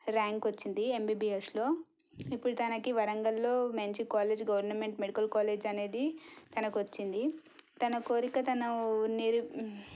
rank వచ్చింది ఎంబీబీఎస్లో ఇప్పుడు తనకి వరంగల్లో మంచి కాలేజ్ గవర్నమెంట్ మెడికల్ కాలేజీ అనేది తనకి వచ్చింది తన కోరిక తను